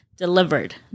Delivered